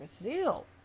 Brazil